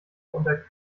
unter